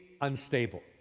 unstable